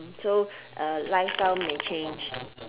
so life style may change